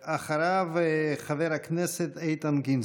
אחריו, חבר הכנסת איתן גינזבורג.